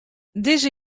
dizze